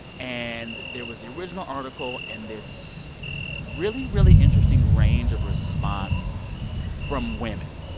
and there was the original article and this really, really interesting range of response from women.